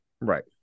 Right